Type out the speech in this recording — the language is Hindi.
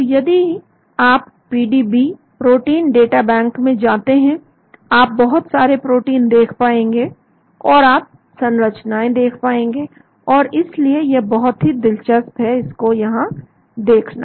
तो यदि आप पीडीबी प्रोटीन डाटा बैंक में जाते हैं आप बहुत सारे प्रोटीन देख पाएंगे और आप संरचनाएं देख पाएंगे और इसलिए यह बहुत ही दिलचस्प है इसको यहां देखना